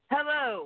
Hello